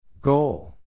Goal